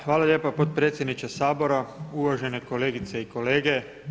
Hvala lijepa potpredsjedniče Sabora, uvažene kolegice i kolege.